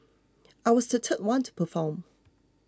I was the third one to perform